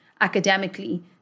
academically